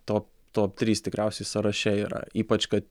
top top trys tikriausiai sąraše yra ypač kad